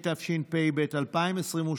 התשפ"ב 2022,